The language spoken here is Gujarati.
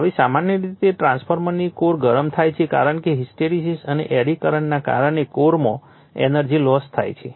હવે સામાન્ય રીતે ટ્રાન્સફોર્મરની કોર ગરમ થાય છે કારણ કે હિસ્ટેરેસીસ અને એડી કરંટના કારણે કોરમાં એનર્જી લોસ થાય છે